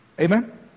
Amen